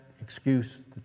excuse